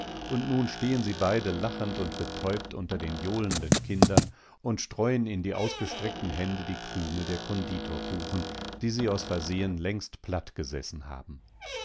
und nun stehen sie beide lachend und betäubt unter den johlenden kindern und streuen in die ausgestreckten hände die krümel der konditorkuchen die sie aus versehen längst plattgesessen haben